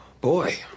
Boy